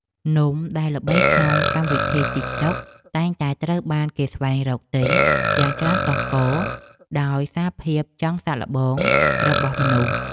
នំដែលល្បីក្នុងកម្មវិធីទីកតុកតែងតែត្រូវបានគេស្វែងរកទិញយ៉ាងច្រើនកុះករដោយសារភាពចង់សាកល្បងរបស់មនុស្ស។